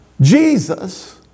Jesus